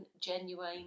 genuine